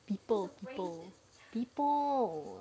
people people people